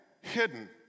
hidden